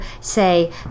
say